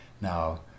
now